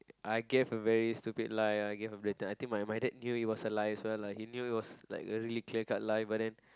I gave a very stupid lie I gave a blatant I think my dad knew it was a lie like he knew it was a very clear cut lie but then